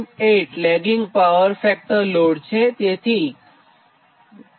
8 lagging power factor load છે